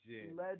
legend